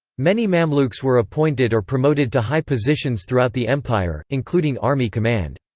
many mamluks were appointed or promoted to high positions throughout the empire, including army command.